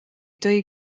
dwy